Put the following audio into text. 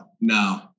No